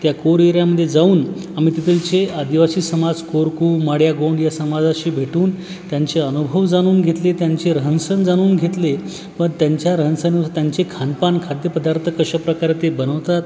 त्या कोर एरियामध्ये जाऊन आम्ही तिकडचे आदिवासी समाज कोरकू माडिया गोंड या समाजाशी भेटून त्यांचे अनुभव जाणून घेतले त्यांचे रहाणसण जाणून घेतले पण त्यांच्या रहाणसण त्यांचे खानपान खाद्यपदार्थ कशाप्रकारे ते बनवतात